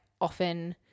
often